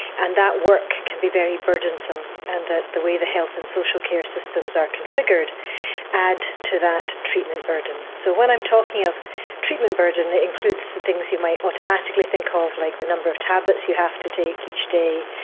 and that work can be very burdensome, and that the way the health and social care systems are configured add to that treatment burden. so when i'm talking of treatment burden it includes the things you might automatically think ah of like the number of tablets you to take each day,